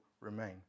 remain